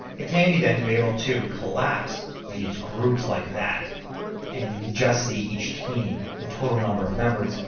it's handy then to be able to collapse these groups like that and you could just see each team, the total number of members,